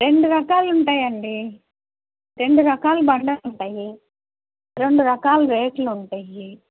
రెండు రకాలు ఉంటాయండి రెండు రకాల బండలు ఉంటాయి రెండు రకాల రేట్లు ఉంటాయి